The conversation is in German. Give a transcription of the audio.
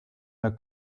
der